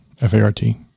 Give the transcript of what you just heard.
f-a-r-t